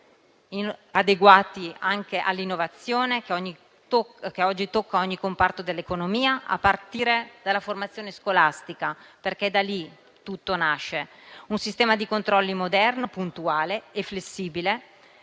adeguati, anche all'innovazione che oggi tocca ogni comparto dell'economia, a partire dalla formazione scolastica, perché da lì tutto nasce. Occorre un sistema di controlli moderno, puntuale e flessibile,